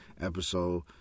episode